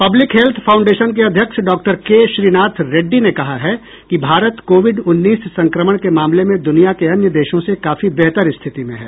public health foundation के अध्यक्ष doctor K Srinath Reddy ने कहा है कि भारत कोविड उन्नीस संक्रमण के मामले में दुनिया के अन्य देशों से काफी बेहतर स्थिति में है